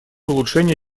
улучшение